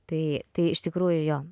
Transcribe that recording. tai tai iš tikrųjų jo